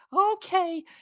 okay